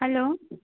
hello